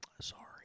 Sorry